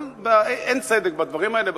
אבל אין צדק בדברים האלה,